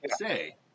say